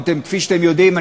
כפי שאתם יודעים,